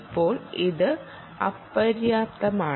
ഇപ്പോൾ ഇത് അപര്യാപ്തമാണ്